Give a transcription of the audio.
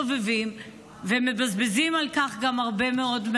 הם מסתובבים ומסתובבים ומבזבזים על זה גם הרבה מאוד.